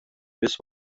biss